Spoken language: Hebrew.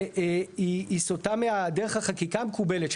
שהיא סוטה מדרך החקיקה המקובלת,